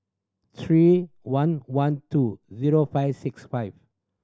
three one one two zero five six five